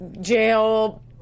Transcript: jail